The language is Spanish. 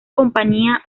compañía